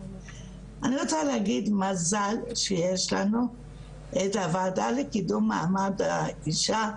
אני רוצה להגיד מזל שיש לנו את הוועדה לקידום מעמד האישה,